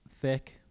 thick